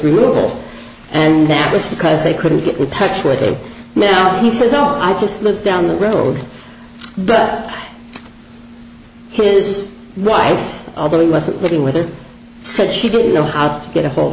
removal and that was because they couldn't get with touch were they now he says oh i just moved down the road but his wife although he wasn't living with her said she didn't know how to get a hol